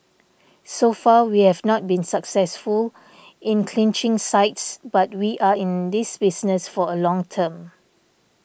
so far we have not been successful in clinching sites but we are in this business for a long term